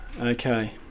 Okay